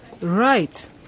Right